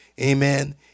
Amen